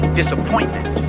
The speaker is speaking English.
disappointment